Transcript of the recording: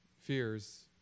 Fears